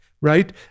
right